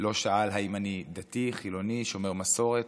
לא שאל האם אני דתי, חילוני, שומר מסורת.